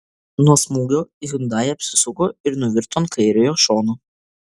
nuo smūgio hyundai apsisuko ir nuvirto ant kairiojo šono